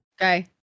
Okay